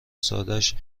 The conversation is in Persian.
سادش